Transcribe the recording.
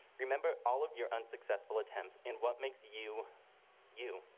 remember, all of your unsuccessful attempts. and what makes you you.